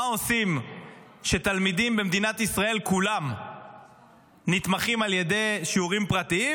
מה עושים כשתלמידים במדינת ישראל כולם נתמכים על ידי שיעורים פרטיים?